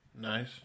Nice